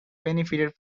benefited